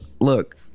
look